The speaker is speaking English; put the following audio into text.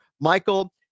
Michael